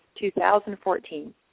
2014